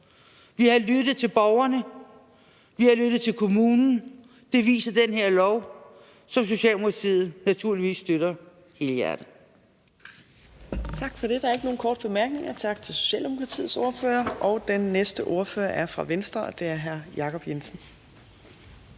Vi har lyttet til borgerne, vi har lyttet til kommunen. Det viser den her lov, som Socialdemokratiet naturligvis støtter helhjertet.